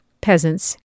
peasants